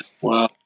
Wow